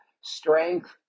strength